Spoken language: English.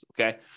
okay